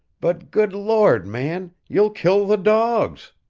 but, good lord, man, you'll kill the dogs!